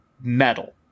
metal